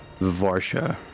Varsha